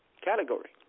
category